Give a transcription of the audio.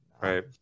right